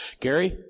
Gary